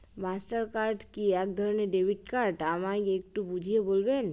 Master card কি একধরণের debit card আমায় একটু বুঝিয়ে বলবেন?